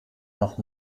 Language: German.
noch